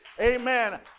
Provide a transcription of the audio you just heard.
amen